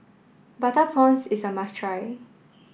Butter Prawns is a must try